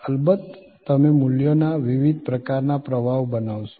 અલબત્ત તમે મૂલ્યોના વિવિધ પ્રકારના પ્રવાહો બનાવશો